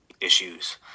issues